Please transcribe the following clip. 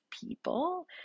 people